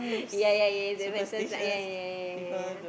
ya ya ya it make sense lah ya ya ya ya ya